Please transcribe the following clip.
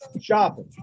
Shopping